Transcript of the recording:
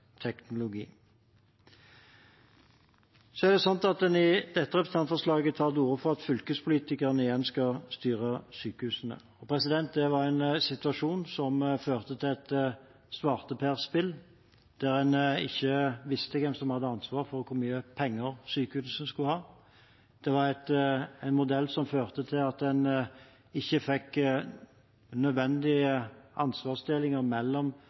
teknologi. I dette representantforslaget tar en til orde for at fylkespolitikerne igjen skal styre sykehusene. Det var en situasjon som førte til et svarteperspill der en ikke visste hvem som hadde ansvar for hvor mye penger sykehusene skulle ha. Det var en modell som førte til at en ikke fikk nødvendige ansvarsdelinger mellom